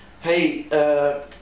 hey